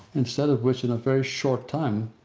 instead of which, in a very short time,